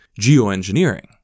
geoengineering